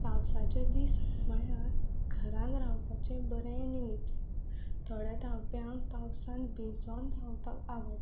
पावसाचे दीस म्हणल्यार घरांत रावपाचें बरें निमित्त थोड्या धांवप्यांक पावसान भिजोवन धांवंक आवडटा